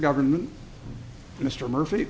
government mr murphy